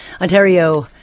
Ontario